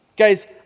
guys